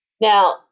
Now